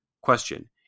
question